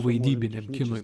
vaidybiniam kinui